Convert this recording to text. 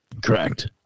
Correct